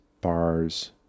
bars